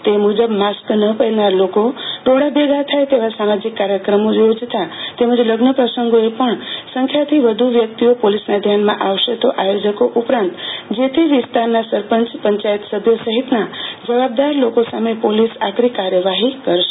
તે મુજબ માસ્ક ન પહેરનાર લોકો ટોળા ભેગા થયા તેવા સામાજીક કાર્યક્રમો તેમજ લગ્ન પ્રસંગો એ પણ સંખ્યાની વધુ વ્યકિતઓ પાલીસ ના ધ્યાનમાં આવશે તો આયોજકો ઉપરાંત જે ત વિસ્તારના સરપંચ પંચાયત સભ્યો સહિતના જવાબદાર લોકો સામે પોલીસ આકરી કાર્યવાહી કરશે